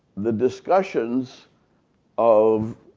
the discussions of